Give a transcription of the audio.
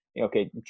okay